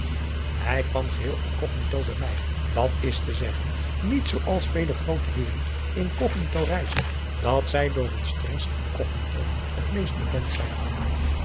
hij kwam geheel incognito bij mij dat is te zeggen niet zoo als vele groote heeren incognito reizen dat zij door hun strengst incognito het meest bekend zijn